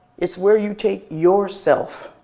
it's where you take yourself,